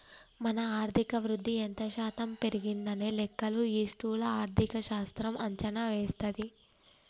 మన ఆర్థిక వృద్ధి ఎంత శాతం పెరిగిందనే లెక్కలు ఈ స్థూల ఆర్థిక శాస్త్రం అంచనా వేస్తది